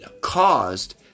caused